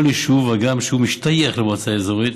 כל יישוב, הגם שהוא משתייך למועצה אזורית,